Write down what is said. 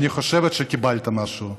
אני חושבת שקיבלת משהו.